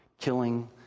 killing